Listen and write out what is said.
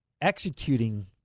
Executing